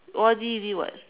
O_R_D already [what]